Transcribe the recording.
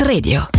Radio